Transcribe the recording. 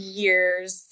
years